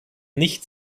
nicht